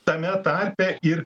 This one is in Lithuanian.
tame tarpe ir